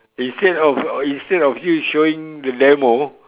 instead of instead of you showing the demo